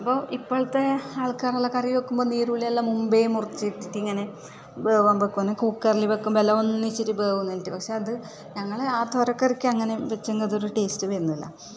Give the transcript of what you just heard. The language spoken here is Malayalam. അപ്പോൾ ഇപ്പോഴത്തെ ആൾക്കാരെല്ലാം കറി വെക്കുമ്പോൾ നീരൊലിയെല്ലാം മുമ്പേ മുറിച്ചിട്ടിട്ടിങ്ങനെ വേവാൻ വെക്കുന്ന കുക്കറില് വെക്കുമ്പം എല്ലാം ഒന്നിച്ചിട്ട് വേവുന്നതിനായിട്ട് പക്ഷേ അത് ഞങ്ങൾ ആ തോരക്കറിക്ക് അങ്ങനെ വെച്ചെങ്കിൽ അതൊരു ടേസ്റ്റ് വരുന്നില്ല